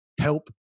help